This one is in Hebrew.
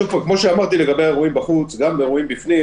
שוב פעם, כמו שאמרתי לגבי האירועים בחוץ, גם